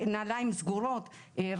נעליים סגורות.